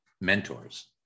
mentors